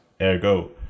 ergo